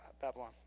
Babylon